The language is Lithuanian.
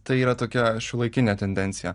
tai yra tokia šiuolaikinė tendencija